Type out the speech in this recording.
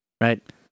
Right